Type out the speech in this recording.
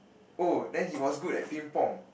oh then he was good at Ping Pong